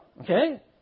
Okay